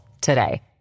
today